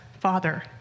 father